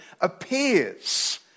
appears